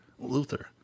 Luther